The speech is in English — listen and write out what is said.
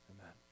Amen